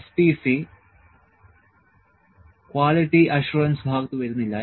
C statistical process control quality assurance ഭാഗത്ത് വരുന്നില്ല